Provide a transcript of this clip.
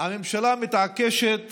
הממשלה מתעקשת